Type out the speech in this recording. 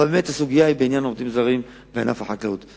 אבל, באמת, הסוגיה היא עובדים זרים בענף החקלאות.